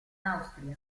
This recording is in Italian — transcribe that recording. austria